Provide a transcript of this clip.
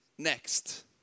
next